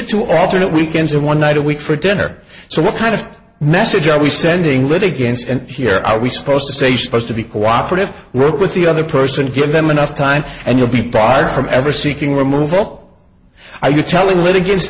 it to alternate weekends or one night a week for dinner so what kind of message are we sending litigants and here are we supposed to say supposed to be cooperative work with the other person give them enough time and you'll be provided from ever seeking removal i you're telling lit